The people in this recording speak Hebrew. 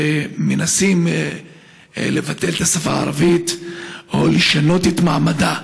שמנסה לבטל את השפה הערבית או לשנות את מעמדה